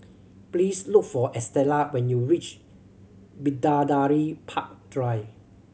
please look for Estela when you reach Bidadari Park Drive